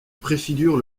préfigure